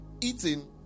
eating